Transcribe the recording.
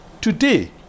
Today